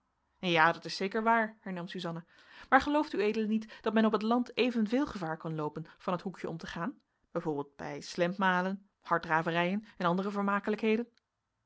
ja dat is zeker waar hernam suzanna maar gelooft ued niet dat men op het land evenveel gevaar kan loopen van t hoekje om te gaan b v bij slempmalen harddraverijen en andere vermakelijkheden